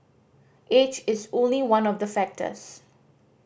age is only one of the factors